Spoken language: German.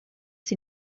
sie